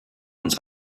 uns